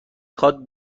خواد